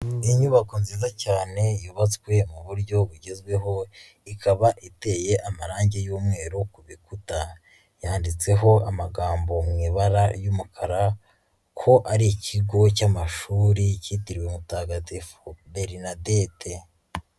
Inyubako nziza cyane yubatswe mu buryo bugezweho, ikaba iteye amarange y'umweru ku bikuta. Yanditseho amagambo mu ibara ry'umukara ko ari ikigo cy'amashuri cyitiriwe Mutagatifu Bernadette.